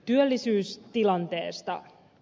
työllisyystilanteesta